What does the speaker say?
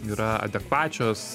yra adekvačios